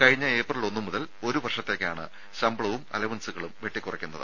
കഴിഞ്ഞ ഏപ്രിൽ ഒന്ന് മുതൽ ഒരു വർഷത്തേക്കാണ് ശമ്പളവും അലവൻസുകളും കുറയ്ക്കുന്നത്